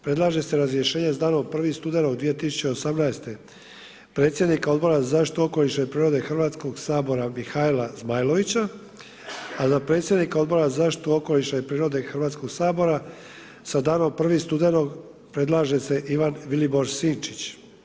Predlaže se razrješenje s danom 1. studenog 2018. predsjednika Odbora za zaštitu okoliša i prirode Hrvatskog sabora Mihaela Zmajlovića a za predsjednika Odbora za zaštitu okoliša i prirode Hrvatskog sabora predlaže se sa danom 1. studenog predlaže se Ivan Vilibor Sinčić.